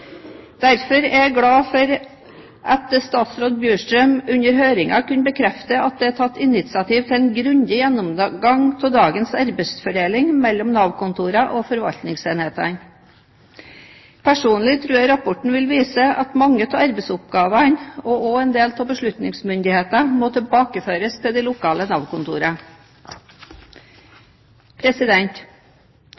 Derfor er jeg glad for at statsråd Bjurstrøm kunne bekrefte under høringen at det er tatt initiativ til en grundig gjennomgang av dagens arbeidsfordeling mellom Nav-kontorene og forvaltningsenhetene. Personlig tror jeg rapporten vil vise at mange av arbeidsoppgavene, og også en del av beslutningsmyndighetene, må tilbakeføres til de lokale